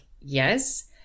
yes